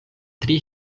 tri